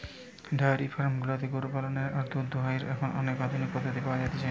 diary farm গুলাতে গরু পালনের আর দুধ দোহানোর এখন অনেক আধুনিক পদ্ধতি পাওয়া যতিছে